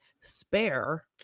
Spare